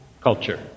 culture